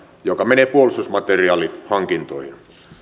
joka menee puolustusmateriaalihankintoihin